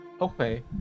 okay